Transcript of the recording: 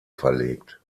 verlegt